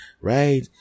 right